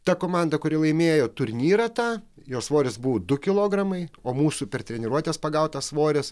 ta komanda kuri laimėjo turnyrą tą jo svoris buvo du kilogramai o mūsų per treniruotes pagauta svoris